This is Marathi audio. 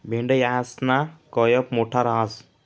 मेंढयासना कयप मोठा रहास